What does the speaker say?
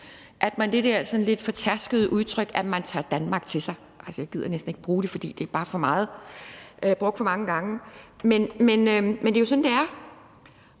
at man med det der sådan lidt fortærskede udtryk tager Danmark til sig. Jeg gider næsten ikke at bruge det, fordi det bare er for meget og brugt for mange gange, men det er jo sådan, det er.